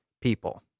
people